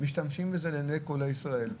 משתמשים בהן לעיני כל ישראל.